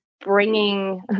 bringing